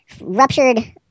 ruptured